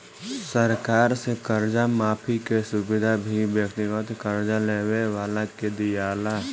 सरकार से कर्जा माफी के सुविधा भी व्यक्तिगत कर्जा लेवे वाला के दीआला